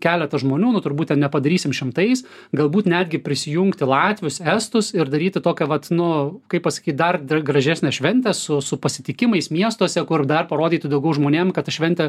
keleta žmonių nu turbūt nepadarysim šimtais galbūt netgi prisijungti latvius estus ir daryti tokią vat nu kaip pasakyt dar gražesnę šventę su su pasitikimais miestuose kur dar parodyti daugiau žmonėm kad šventė